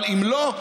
אבל אם לא,